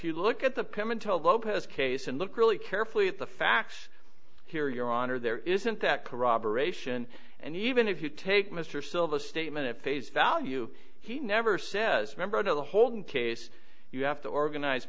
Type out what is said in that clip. you look at the pimento lopez case and look really carefully at the facts here your honor there isn't that corroboration and even if you take mr silva statement at face value he never says members of the holding case you have to organize